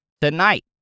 tonight